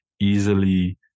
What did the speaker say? easily